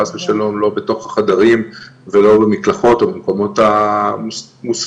חס ושלום לא בתוך החדרים ולא במקלחות או במקומות המוסווים,